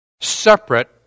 separate